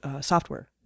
software